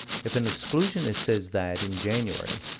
if an exclusionist says that, in january,